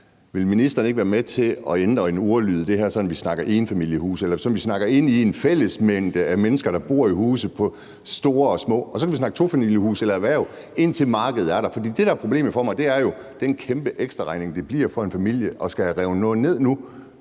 Vil ministeren ikke være med til at ændre ordlyden i det her, sådan at vi snakker ind i en fællesmængde af mennesker, der bor i huse, både store og små, og så kan vi snakke tofamilieshuse eller erhverv, indtil markedet er der? For det, der er problemet for mig, er jo den kæmpe ekstraregning, det bliver for en familie at skulle have revet noget ned nu,